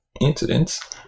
incidents